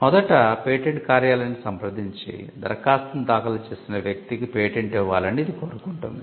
మొదట పేటెంట్ కార్యాలయాన్ని సంప్రదించి దరఖాస్తును దాఖలు చేసిన వ్యక్తికి పేటెంట్ ఇవ్వాలని ఇది కోరుకుంటుంది